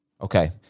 Okay